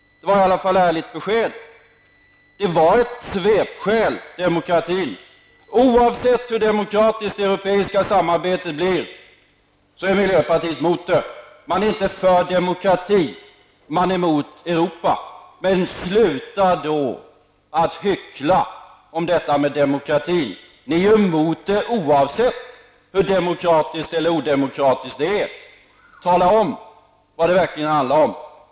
Det var i alla fall ärligt besked. Demokratin är ett svepskäl. Oavsett Hur demokratiskt det europeiska samarbetet blir är miljöpartiet mot det. Man är inte för demokrati, man är mot Europa. Men sluta då att hyckla om detta med demokrati! Ni är emot EG oavsett hur demokratiskt eller odemokratisk det är. Tala om vad det verkligen handlar om.